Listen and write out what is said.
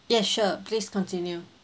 yes sure please continue